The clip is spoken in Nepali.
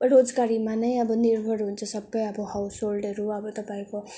रोजगारीमा नै अब निर्भर हुन्छ सबै अब हाउसहोल्डहरू अब तपाईँको